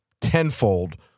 tenfold